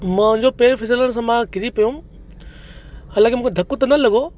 मुंहिंजो पेरु फिसलण सां मां किरी पियुमि हालाकि मूंखे धक त न लॻो